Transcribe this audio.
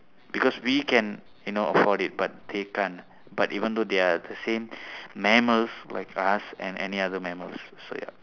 because we can afford you know it but they can't but even though they are also the same mammals like us and any other mammals so yup